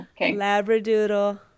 Labradoodle